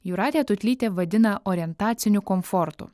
jūratė tutlytė vadina orientaciniu komfortu